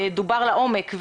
דובר לעומק,